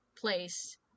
place